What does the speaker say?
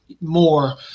more